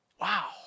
Wow